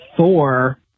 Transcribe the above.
Thor